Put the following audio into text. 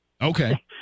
Okay